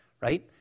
right